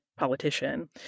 politician